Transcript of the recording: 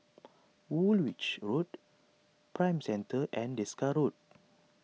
Woolwich Road Prime Centre and Desker Road